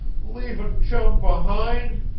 leavin' chum behind?